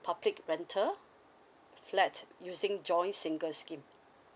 public rental flat using joint single scheme